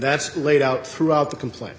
that's laid out throughout the complaint